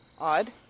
odd